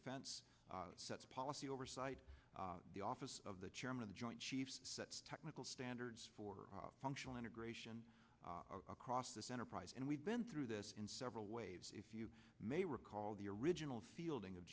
defense sets policy oversight the office of the chairman of the joint chiefs sets technical standards for functional integration across this enterprise and we've been through this in several ways if you may recall the original field